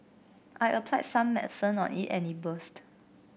I applied some medicine on it and it burst